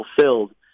fulfilled